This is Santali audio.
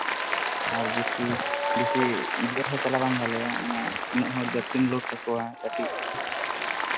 ᱟᱨ ᱵᱮᱥᱤ ᱵᱮᱥᱤ ᱡᱳᱨ ᱦᱚᱸ ᱪᱟᱞᱟᱣ ᱵᱟᱝ ᱵᱷᱟᱜᱤᱭᱟ ᱢᱟᱱᱮ ᱡᱟᱥᱛᱤᱢ ᱞᱳᱰ ᱠᱟᱠᱚᱣᱟ ᱠᱟᱹᱴᱤᱡ